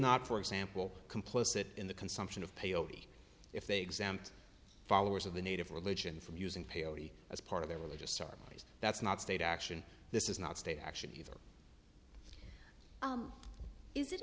not for example complicit in the consumption of pay o t if they exempt followers of the native religion from using pale as part of their religious start that's not state action this is not state action either is it